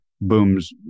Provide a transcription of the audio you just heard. booms